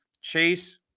Chase